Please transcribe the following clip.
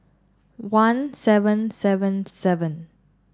one seven seven seven